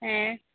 ᱦᱮᱸ